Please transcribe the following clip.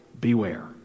Beware